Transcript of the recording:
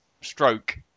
stroke